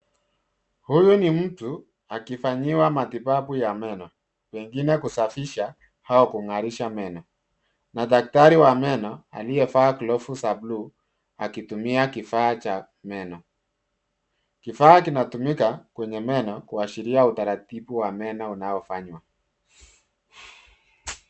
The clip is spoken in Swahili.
Huyu ni mtu akifanyiwa matibabu ya meno pengine kusafisha au kung'arisha meno na daktari wa meno aliyevaa glovu za bluu akitumia kifaa cha meno. KIfaa kinatumika kwenye meno kuashiria utaratibu wa meno unaofanywa.